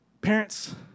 Parents